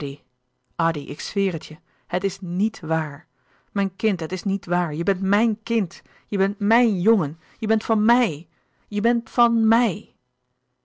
ik zweer het je het is n i e t waar mijn kind het is niet waar je bent m i j n kind je bent m i j n jongen je bent van mij je bent van